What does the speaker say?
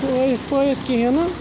پٲیِتھ پٲیِتھ کِہیٖنۍ نہٕ